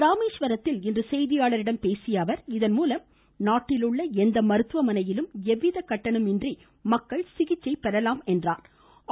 ராமேஸ்வரத்தில் இன்று செய்தியாளர்களிடம் பேசிய அவர் இதன்மூலம் நாட்டில் உள்ள எந்த மருத்துவமனையிலும் எவ்வித கட்டணமின்றி மக்கள் சிகிச்சை பெறலாம் என்றார்